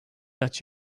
that